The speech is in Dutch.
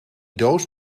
doos